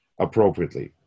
appropriately